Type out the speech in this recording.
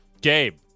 Gabe